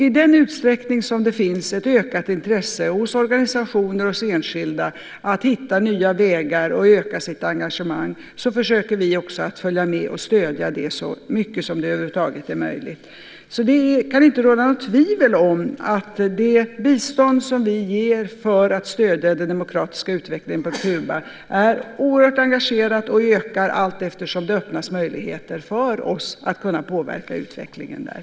I den utsträckning som det finns ett ökat intresse hos organisationer och enskilda för att hitta nya vägar och öka sitt engagemang försöker vi också följa med och stödja detta så mycket som det över huvud taget är möjligt. Det kan alltså inte råda något tvivel om att det bistånd som vi ger för att stödja den demokratiska utvecklingen på Kuba är oerhört engagerat och ökar allteftersom det öppnas möjligheter för oss att påverka utvecklingen där.